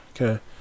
Okay